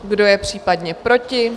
Kdo je případně proti?